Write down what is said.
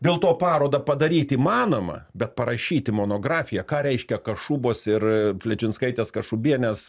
dėlto parodą padaryt įmanoma bet parašyti monografiją ką reiškia kašubos ir fledžinskaitės kašubienės